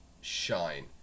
shine